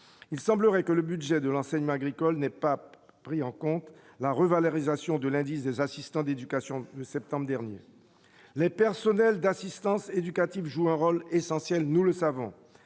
il semblerait que le budget de l'enseignement agricole n'est pas pris en compte la revalorisation de l'indice des assistants d'éducation, de septembre dernier, les personnels d'assistance éducative jouent un rôle essentiel, nous le savons,